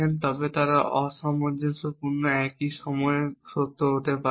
তবে তারা অসামঞ্জস্যপূর্ণ একই সময়ে সত্য হতে পারে না